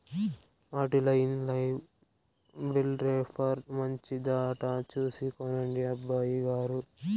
ఆటిల్ల inline bale wrapper మంచిదట చూసి కొనండి అబ్బయిగారు